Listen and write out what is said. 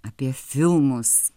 apie filmus